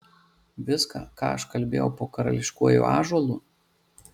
viską ką aš kalbėjau po karališkuoju ąžuolu